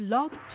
Love